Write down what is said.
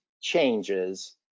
changes